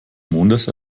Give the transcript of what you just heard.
mondes